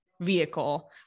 vehicle